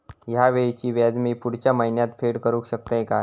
हया वेळीचे व्याज मी पुढच्या महिन्यात फेड करू शकतय काय?